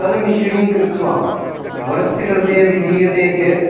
तद् मिश्रणं कृत्वा वरस्य कृते यदि दीयते चेत्